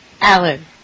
Alan